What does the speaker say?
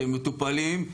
שהם מטופלים,